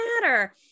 matter